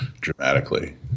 dramatically